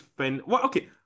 okay